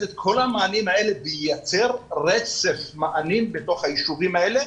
את כל המענים האלה וייצר רצף מענים בתוך הישובים האלה